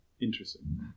interesting